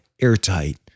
airtight